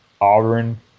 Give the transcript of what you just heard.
Auburn